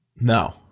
No